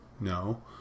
no